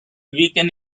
weaken